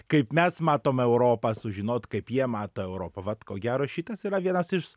kaip mes matom europą sužinot kaip jie mato europą vat ko gero šitas yra vienas iš